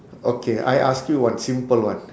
okay I ask you one simple one